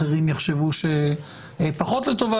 אחרים יחשבו שפחות לטובה,